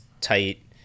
tight